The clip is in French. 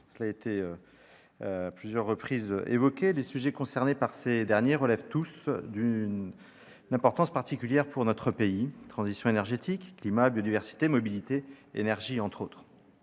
cela a été dit à plusieurs reprises. Les sujets concernés par ces derniers revêtent tous d'une importance particulière pour notre pays : transition énergétique, climat, biodiversité, mobilité, énergie, entre autres.